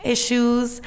Issues